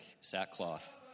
sackcloth